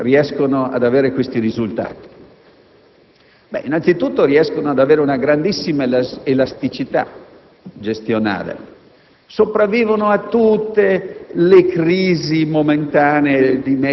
Perché solo i piccolissimi riescono ad avere questi risultati? Innanzitutto, riescono ad avere una grandissima elasticità gestionale;